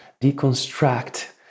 deconstruct